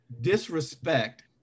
disrespect